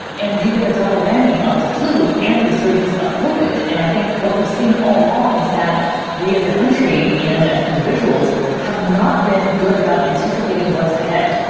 and you get the double whammy of the flu and a resurgence of covered. and i think what we've seen all along is that we as a country and as individuals have not been good about anticipating what's ahead.